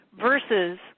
versus